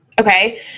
okay